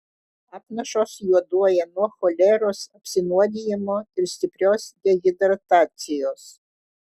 apnašos juoduoja nuo choleros apsinuodijimo ir stiprios dehidratacijos